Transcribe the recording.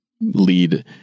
lead